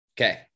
Okay